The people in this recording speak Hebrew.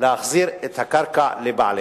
להחזיר את הקרקע לבעליה.